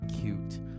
cute